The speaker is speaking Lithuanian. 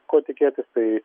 ko tikėtis tai